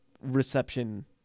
reception